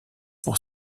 pour